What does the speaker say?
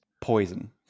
poison